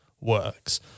works